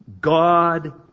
God